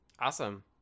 awesome